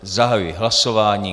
Zahajuji hlasování.